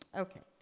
okay.